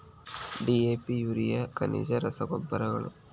DAP urea ಖನಿಜ ರಸಗೊಬ್ಬರಗಳು